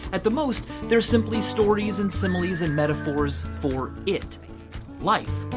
at the most, they're simply stories and similes and metaphors for it life.